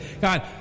God